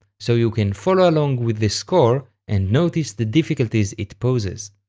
so you can follow along with the score and notice the difficulties it poses.